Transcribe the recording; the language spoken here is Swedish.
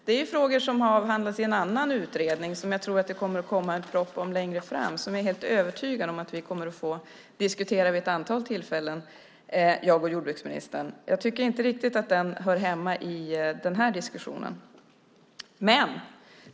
Men de frågorna avhandlas i en annan utredning som jag tror att det längre fram kommer en proposition om som jag är helt övertygad om att jordbruksministern och jag vid ett antal tillfällen kommer att få diskutera. Jag tycker inte riktigt att den saken hör hemma i den här diskussionen.